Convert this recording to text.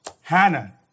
Hannah